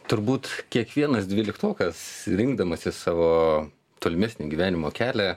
turbūt kiekvienas dvyliktokas rinkdamasis savo tolimesnį gyvenimo kelią